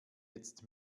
jetzt